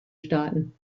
staaten